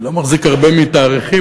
אני לא מחזיק הרבה מתאריכים,